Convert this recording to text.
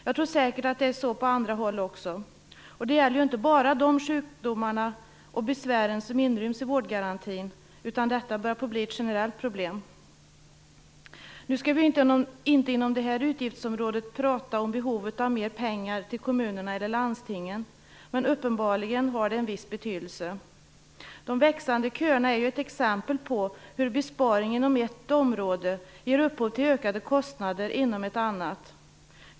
Jag tror säkert att det är så på andra håll också. Det gäller inte bara de sjukdomar och besvär som inryms i vårdgarantin utan detta börjar bli ett generellt problem. Nu skall vi ju inte prata om behovet av mer pengar till kommunerna och landstingen inom det här utgiftsområdet. Men det har uppenbarligen en viss betydelse. De växande köerna är ju ett exempel på hur besparingar inom ett område ger upphov till ökade kostnader inom ett annat.